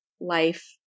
life